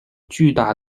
巨大